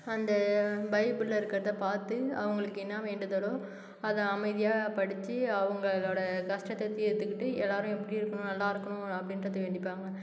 அந்த பைபிளில் இருக்கிறத பார்த்து அவங்களுக்கு என்ன வேண்டுதலோ அதை அமைதியாக படித்து அவங்களோடய கஷ்டத்தை தீர்த்துக்கிட்டு எல்லோரும் எப்படி இருக்கணும் நல்லா இருக்கணும் அப்படின்றத வேண்டிப்பாங்க